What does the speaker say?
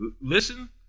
Listen